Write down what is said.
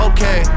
Okay